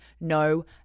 no